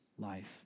life